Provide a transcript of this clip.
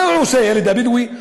מה עושה הילד הבדואי,